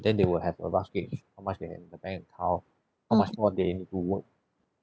then they will have a rough gauge with how much they have in the bank account how much more they need to work